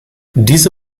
diese